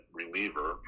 reliever